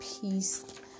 peace